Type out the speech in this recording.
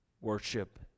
worship